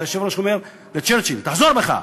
אז היושב-ראש אמר לצ'רצ'יל: תחזור בך.